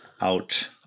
out